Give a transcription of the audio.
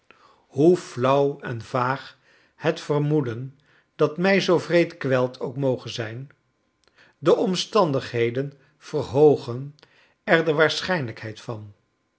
hoe flauw en vaag het vermoeden dat mij zoo wreed kwelt ook moge zip de omstandigheden verhoogen er de waarschijnlrjkheid vanik